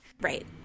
Right